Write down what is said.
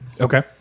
Okay